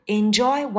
enjoy